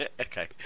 okay